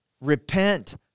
Repent